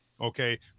Okay